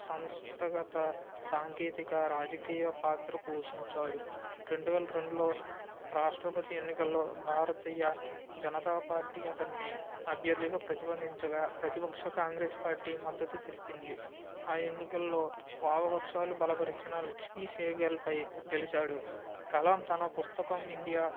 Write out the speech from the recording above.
సంస్థాగత సాంకేతిక రాజకీయ పాత్ర పోషించాడు రెండు వేల రెండులో రాష్ట్రపతి ఎన్నికల్లో భారతీయ జనతా పార్టీ అతన్ని అభ్యర్థిగా ప్రతిపాదించగా ప్రతిపక్ష కాంగ్రెస్ పార్టీ మద్దతు తెలిపింది ఆ ఎన్నికల్లో వామపక్షాలు బలపరిచిన లక్ష్మి సెహగళ్ పై గెలిచాడు కలాం తన పుస్తకం ఇండియా